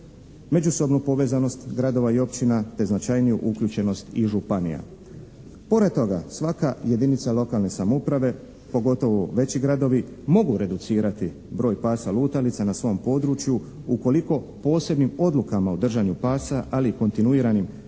međusobnu povezanost gradova i općina te značajniju uključenost i županija. Pored toga, svaka jedinica lokalne samouprave, pogotovo veći gradovi mogu reducirati broj pasa lutalica na svom području ukoliko posebnim odlukama o držanju pasa, ali i kontinuiranim medijskim